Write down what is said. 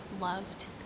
loved